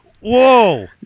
Whoa